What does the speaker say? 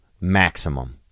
Maximum